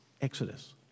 Exodus